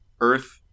earth